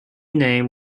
name